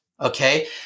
okay